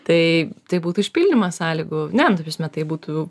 tai tai būtų išpildymas sąlygų ne nu ta prasme tai būtų